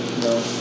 No